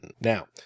Now